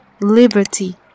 liberty